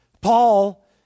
Paul